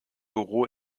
büro